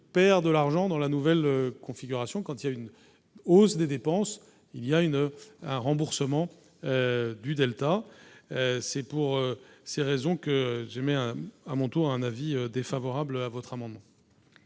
perd de l'argent dans la nouvelle configuration quand il y a une hausse des dépenses, il y a une un remboursement du Delta, c'est pour ces raisons que j'aimais à mon tour un avis défavorable à votre amendement.